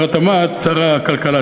שר הכלכלה,